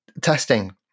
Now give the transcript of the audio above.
testing